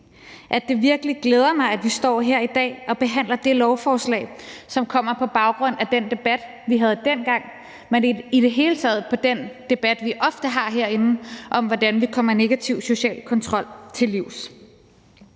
glæder mig, at vi står her i dag og behandler det lovforslag, som kommer på baggrund af den debat, vi havde dengang, men i det hele taget på baggrund af den debat, vi ofte har herinde, om, hvordan vi kommer negativ social kontrol til livs.